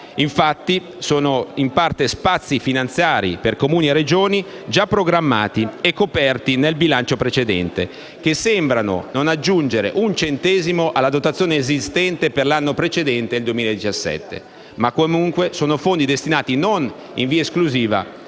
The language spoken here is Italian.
Infatti, sono in parte spazi finanziari per Comuni e Regioni, già programmati e coperti nel bilancio precedente, che sembrano non aggiungere un centesimo alla dotazione esistente per l'anno precedente il 2017; in ogni caso, sono fondi destinati non esclusivamente